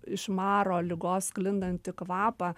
iš maro ligos sklindantį kvapą